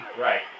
Right